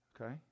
okay